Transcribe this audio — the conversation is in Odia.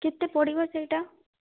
କେତେ ପଡ଼ିବ ସେଇଟା